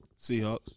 Seahawks